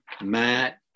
Matt